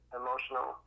emotional